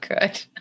good